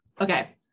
okay